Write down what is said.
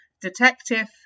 detective